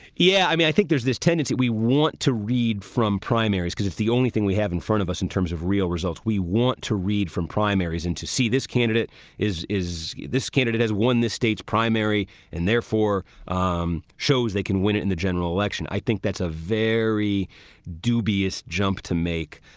yeah i mean, i think there's this tendency we want to read from primaries, because if the only thing we have in front of us in terms of real results, we want to read from primaries and to see this candidate is is this candidate has won this state's primary and therefore um shows they can win it in the general election. i think that's a very dubious jump to make.